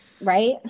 right